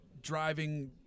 Driving